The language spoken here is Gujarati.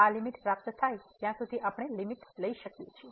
આ લીમીટ પ્રાપ્ત થાય ત્યાં સુધી આપણે લીમીટ લઈ શકીએ છીએ